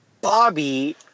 bobby